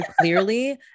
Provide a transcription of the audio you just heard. clearly